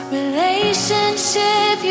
relationship